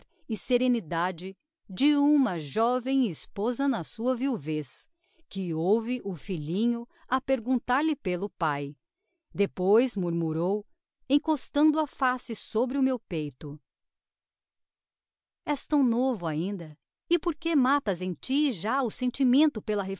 e serenidade de uma joven esposa na sua viuvez que ouve o filhinho a perguntar-lhe pelo pae depois murmurou encostando a face sobre o meu peito és tão novo ainda e porque matas em ti já o sentimento pela